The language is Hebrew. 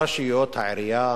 הרשויות, העירייה,